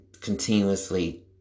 continuously